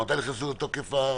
מתי נכנסו ההנחיות לתוקף?